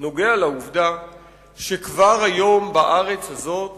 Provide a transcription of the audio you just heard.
נוגע לעובדה שכבר היום בארץ הזאת